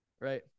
right